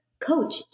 coach